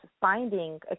finding